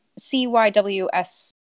CYWS